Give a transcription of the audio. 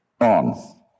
on